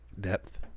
Depth